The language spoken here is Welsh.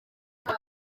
beth